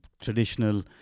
traditional